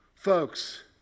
Folks